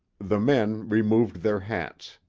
the men removed their hats.